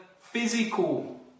physical